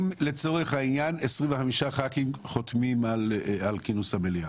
אם לצורך העניין 25 ח"כים חותמים על כינוס המליאה,